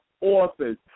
orphans